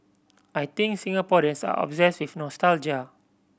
I think Singaporeans are obsessed with nostalgia